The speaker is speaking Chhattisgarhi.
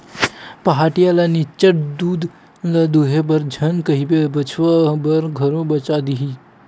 पहाटिया ल निच्चट दूद ल दूहे बर झन कहिबे बछवा बर घलो बचा देही